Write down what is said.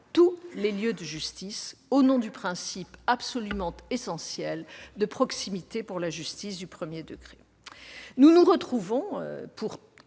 tous les lieux de justice au nom du principe, absolument essentiel, de proximité pour la justice du premier degré.